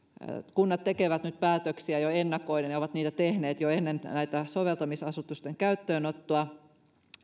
kunnat tekevät nyt päätöksiä jo ennakoiden ja ovat niitä tehneet jo ennen näiden soveltamisasetusten käyttöönottoa